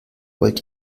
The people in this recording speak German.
wollt